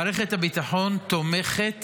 מערכת הביטחון תומכת